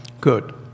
Good